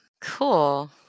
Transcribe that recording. Cool